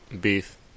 Beef